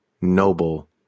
Noble